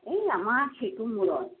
এই আমাৰ সিটো মূৰৰ